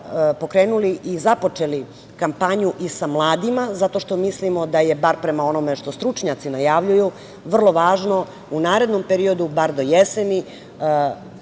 pokrenuli i započeli kampanju i sa mladima, zato što mislimo da je, bar prema onome što stručnjaci najavljuju, vrlo važno u narednom periodu, bar do jeseni,